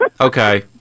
Okay